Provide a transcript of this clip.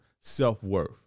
self-worth